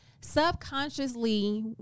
subconsciously